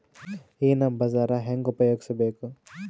ಈ ನಮ್ ಬಜಾರ ಹೆಂಗ ಉಪಯೋಗಿಸಬೇಕು?